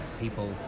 people